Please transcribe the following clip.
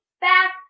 back